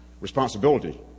responsibility